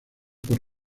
por